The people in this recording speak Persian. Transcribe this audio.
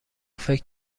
فکر